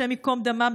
השם ייקום דמם,